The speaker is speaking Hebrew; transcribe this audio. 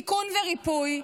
תיקון וריפוי,